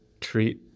treat